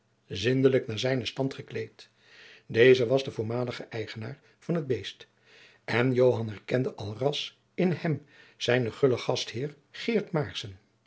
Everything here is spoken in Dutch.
zindelijk na zijnen stand gekleed deze was de voormalige eigenaar van het beest en joan herkende alras in hem zijnen gullen gastheer